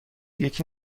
یکی